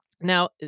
Now